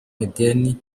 ideni